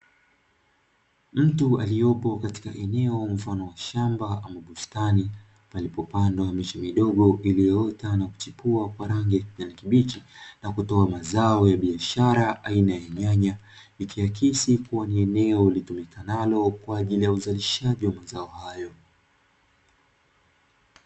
Mtu aliopo katika eneo mfano wa shamba ama bustani, palipopandwa miche midogo iliyoota na kuchipua kwa rangi ya kijani kibichi, na kutoa mazao ya biashara aina ya nyanya, ikiakisi kuwa ni eneo litumikanalo kwa ajili ya uzalishaji wa mazao hayo.